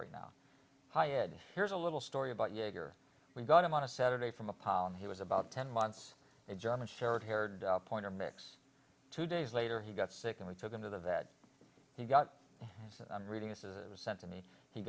right now hi ed here's a little story about jaeger we got him on a saturday from a pound he was about ten months a german shepherd haired pointer mix two days later he got sick and we took him to the vet he got i'm reading this it was sent to me he